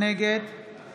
נגד